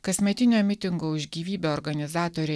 kasmetinio mitingo už gyvybę organizatorė